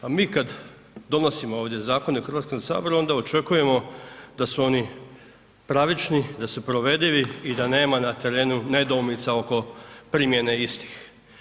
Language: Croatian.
Pa mi kad donosimo ovdje zakone u Hrvatskom saboru, onda očekujemo da su oni pravični, da su provedivi i da nema na terenu nedoumica oko primjene istih.